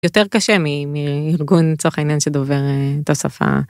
יותר קשה מארגון לצורך העניין שדובר את השפה.